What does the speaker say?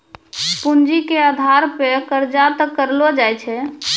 पूंजी के आधार पे कर्जा तय करलो जाय छै